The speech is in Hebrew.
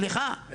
סליחה,